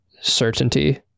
certainty